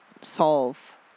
solve